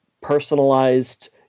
personalized